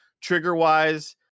trigger-wise